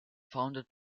founded